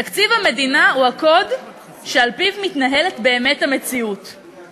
תקציב המדינה הוא הקוד שעל-פיו באמת המציאות מתנהלת.